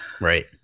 right